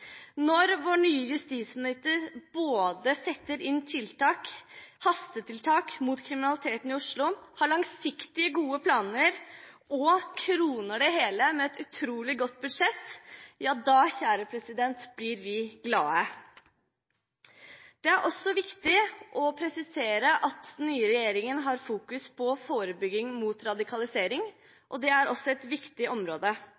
Når vår nye justisminister både setter inn hastetiltak mot kriminaliteten i Oslo, har langsiktige og gode planer og kroner det hele med et utrolig godt budsjett, blir vi glade. Det er også viktig å presisere at den nye regjeringen fokuserer på forebygging av radikalisering, og det er også et viktig område.